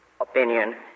opinion